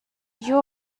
you